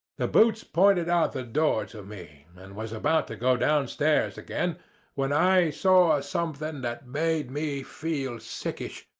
the boots pointed out the door to me, and was about to go downstairs again when i saw something that made me feel sickish,